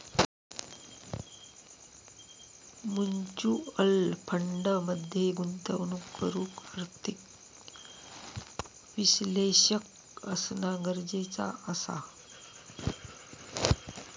mutual fund मध्ये गुंतवणूक करूक आर्थिक विश्लेषक असना गरजेचा असा